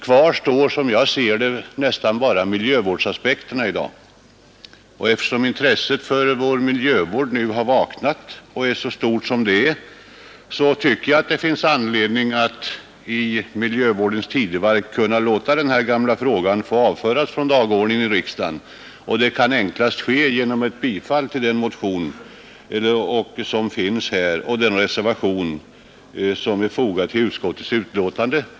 Kvar står, som jag ser det, nästan bara miljövårdsaspekterna, och eftersom intresset för miljövård nu har vaknat och är så stort som det är tycker jag att det finns anledning att i miljövårdens tidevarv kunna låta den här gamla frågan få avföras från dagordningen i riksdagen. Det kan enklast ske genom ett bifall till den reservation som är fogad till utskottets betänkande.